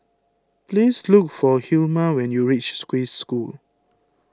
please look for Hilma when you reach School